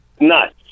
nuts